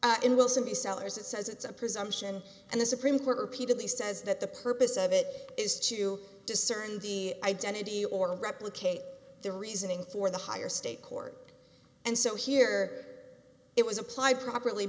sent in wilson the sellers it says it's a presumption and the supreme court repeatedly says that the purpose of it is to discern the identity or to replicate the reasoning for the higher state court and so here it was applied properly